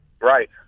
Right